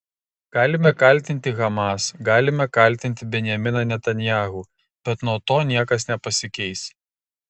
galime kaltinti hamas galime kaltinti benjaminą netanyahu bet nuo to niekas nepasikeis